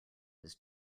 his